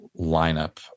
lineup